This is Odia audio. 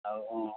ଆଉ